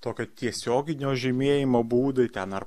tokio tiesioginio žymėjimo būdai ten ar